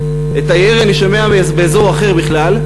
את הירי אני שומע באזור אחר בכלל,